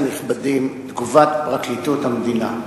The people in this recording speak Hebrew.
הנכבדים את תגובת פרקליטות המדינה: